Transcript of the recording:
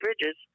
Bridges